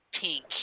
pink